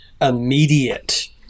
immediate